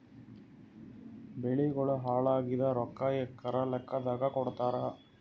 ಬೆಳಿಗೋಳ ಹಾಳಾಗಿದ ರೊಕ್ಕಾ ಎಕರ ಲೆಕ್ಕಾದಾಗ ಕೊಡುತ್ತಾರ?